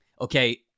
Okay